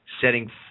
setting